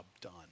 done